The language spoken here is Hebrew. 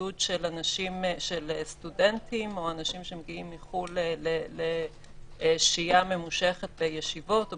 בידוד של סטודנטים או אנשים שמגיעים מחו"ל לשהייה ממושכת בישיבות או